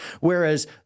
whereas